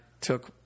took